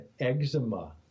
eczema